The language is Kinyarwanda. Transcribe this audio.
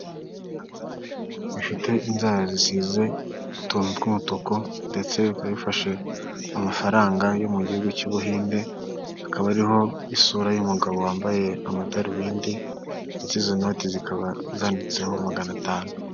Ibiganza bifite inzara zisize utuntu tw'umutuku ndetse bikaba bifashe amafaranga yo mu gihugu cy'ubuhinde hakaba hariho isura y'umugabo wambaye amadarubindi ndetse izo note zikaba zanditseho magana atanu.